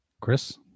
Chris